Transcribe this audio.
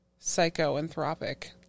psychoanthropic